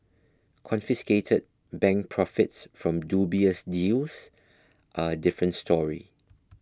confiscated bank profits from dubious deals are a different story